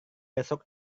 besok